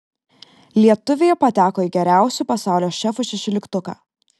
lietuvė pateko į geriausių pasaulio šefų šešioliktuką